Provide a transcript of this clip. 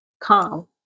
calm